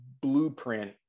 blueprint